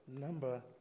number